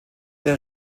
der